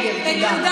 השרה רגב, תודה.